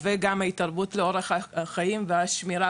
וגם ההתערבות לאורך החיים והשמירה,